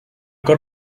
got